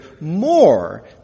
more